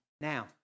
now